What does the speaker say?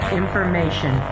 information